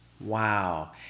Wow